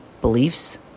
beliefs